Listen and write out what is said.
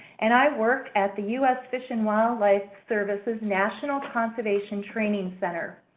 and i work at the us fish and wildlife service's national conservation training center.